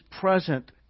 present